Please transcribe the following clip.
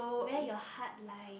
where your heart lie